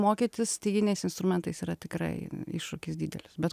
mokytis styginiais instrumentais yra tikrai iššūkis didelis bet